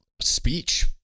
speech